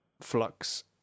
flux